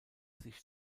sich